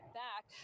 back